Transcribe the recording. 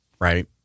right